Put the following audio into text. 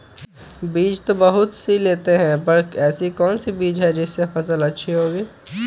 बीज तो बहुत सी लेते हैं पर ऐसी कौन सी बिज जिससे फसल अच्छी होगी?